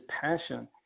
passion